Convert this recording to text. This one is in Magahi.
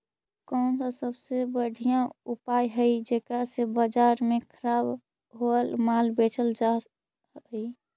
कौन सा सबसे बढ़िया उपाय हई जेकरा से बाजार में खराब होअल माल बेचल जा सक हई?